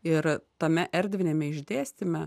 ir tame erdviniame išdėstyme